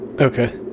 Okay